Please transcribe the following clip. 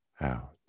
out